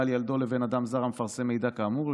על ילדו לבין אדם זר המפרסם מידע כאמור.